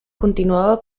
continuava